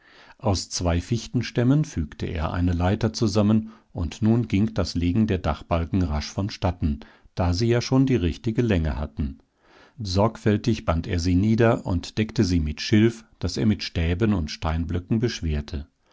aus zwei fichtenstämmen fügte er eine leiter zusammen und nun ging das legen der dachbalken rasch vonstatten da sie ja schon die richtige länge hatten sorgfältig band er sie nieder und deckte sie mit schilf das er mit stäben und steinblöcken beschwerte